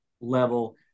level